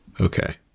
Okay